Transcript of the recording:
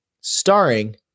starring